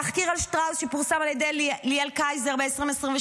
תחקיר על שטראוס שפורסם על ידי ליאל קייזר ב-2022,